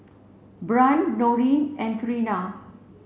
Brant Noreen and Trina